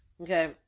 Okay